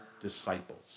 disciples